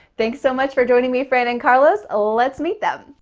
thanks so much for joining me fran and carlos. ah let's meet them.